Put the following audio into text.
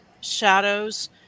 shadows